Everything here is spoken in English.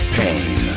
pain